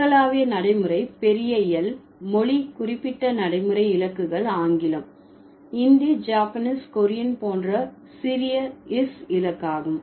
உலகளாவிய நடைமுறை பெரிய L மொழி குறிப்பிட்ட நடைமுறை இலக்குகள் ஆங்கிலம் இந்தி ஜப்பனீஸ் கொரியன் போன்ற சிறிய is இலக்காகும்